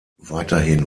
weiterhin